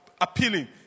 appealing